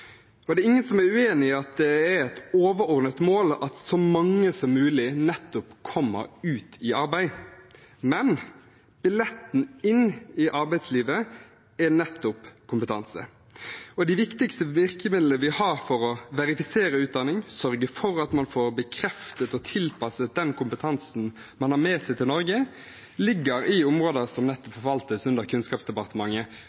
Det er ingen som er uenig i at det er et overordnet mål at så mange som mulig kommer ut i arbeid, men billetten inn i arbeidslivet er nettopp kompetanse. De viktigste virkemidlene vi har for å verifisere utdanning, sørge for at man får bekreftet og tilpasset den kompetansen man har med seg til Norge, ligger i områder som